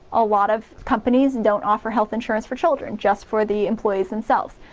a lot of companies don't offer health insurance for children, just for the employees themselves.